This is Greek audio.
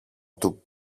του